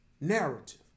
narrative